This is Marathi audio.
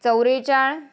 चव्वेचाळीस